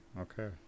okay